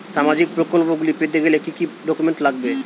সামাজিক প্রকল্পগুলি পেতে গেলে কি কি ডকুমেন্টস লাগবে?